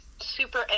super